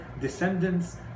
descendants